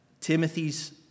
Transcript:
Timothy's